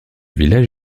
village